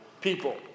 people